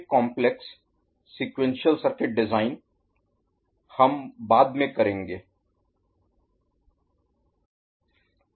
अधिक complex Complex जटिल sequential circuit design Sequential Circuit Design अनुक्रमिक सर्किट डिजाइन हम बाद में करेंगे